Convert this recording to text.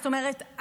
זאת אומרת,